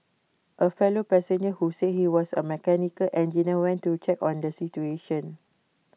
A fellow passenger who say he was A mechanical engineer went to check on the situation